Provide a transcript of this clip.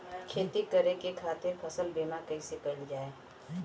खेती करे के खातीर फसल बीमा कईसे कइल जाए?